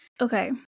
Okay